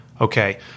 Okay